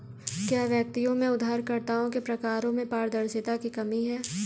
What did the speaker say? क्या व्यक्तियों में उधारकर्ताओं के प्रकारों में पारदर्शिता की कमी है?